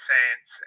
Saints